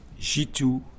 G2